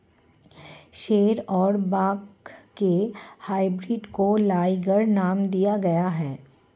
शेर और बाघ के हाइब्रिड को लाइगर नाम दिया गया है